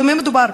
במה מדובר?